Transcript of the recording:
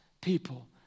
people